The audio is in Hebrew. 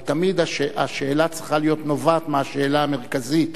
אבל תמיד השאלה צריכה להיות נובעת מהשאלה המרכזית.